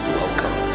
welcome